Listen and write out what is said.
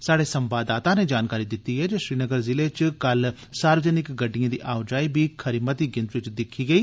साढ़े संवाददाता नै जानकारी दित्ती ऐ जे श्रीनगर ज़िले च कल सार्वजनिक गड़िडएं दी आओजाई बी खरी मती गिनतरी च दिक्खी गेई